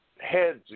heads